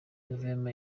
guverinoma